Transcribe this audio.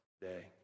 day